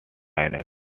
final